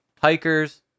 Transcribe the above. hikers